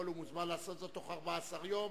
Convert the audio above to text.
יכול ומוזמן לעשות זאת בתוך 14 יום.